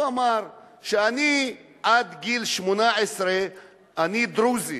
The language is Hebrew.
הוא אמר: כשאני עד גיל 18 אני דרוזי,